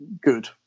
good